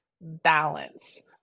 balance